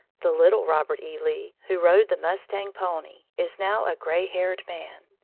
the little robert e. lee, who rode the mustang pony, is now a gray-haired man.